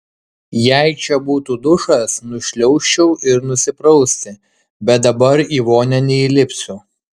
jei čia būtų dušas nušliaužčiau ir nusiprausti bet dabar į vonią neįlipsiu